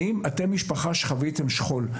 האם אתם משפחה שחוויתם שכול?